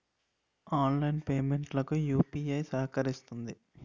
online payment లకు UPI సహకరిస్తుంది